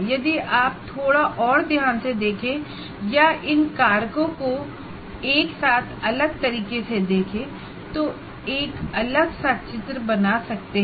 यदि आप थोड़ा और ध्यान से देखें हैं या इन कारकों को एक साथ अलग तरीके से देखें तो एक अलग सा चित्र बना सकते हैं